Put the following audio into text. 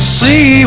see